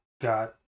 got